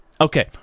okay